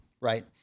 right